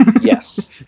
Yes